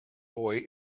boy